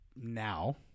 now